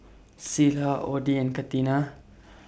Cilla Odie and Catina